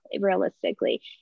realistically